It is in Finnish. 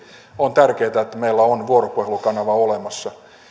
on tärkeätä että meillä on vuoropuhelukanava olemassa